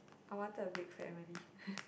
I wanted a big family